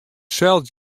sels